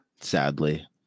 Sadly